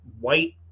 white